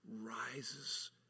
rises